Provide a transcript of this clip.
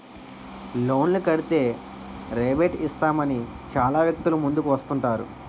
లోన్లు కడితే రేబేట్ ఇస్తామని చాలా వ్యక్తులు ముందుకు వస్తుంటారు